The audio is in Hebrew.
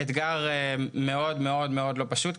זה אתגר מאוד לא פשוט.